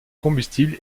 combustible